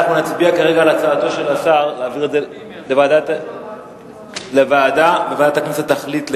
אנחנו נצביע כרגע על הצעתו של השר להעביר את זה לוועדת הכנסת שתחליט,